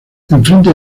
enfrente